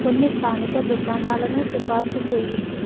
కొన్ని స్థానిక దుకాణాలను సిఫార్సు చెయ్యి